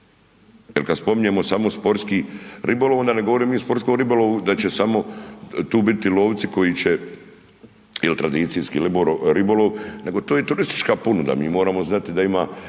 jer kad spominjemo samo sportski ribolov onda ne govorimo mi o sportskom ribolovu da će samo tu biti lovci koji će jel' tradicijski ribolov nego to je i turistička ponuda, mi moramo znati da ima